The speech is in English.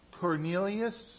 Cornelius